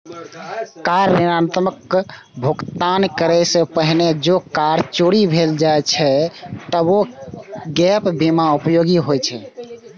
car ऋणक भुगतान करै सं पहिने जौं कार चोरी भए जाए छै, तबो गैप बीमा उपयोगी होइ छै